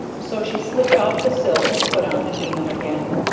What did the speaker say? so she slipped off the silk and put on the gingham again,